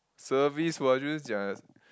service